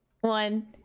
one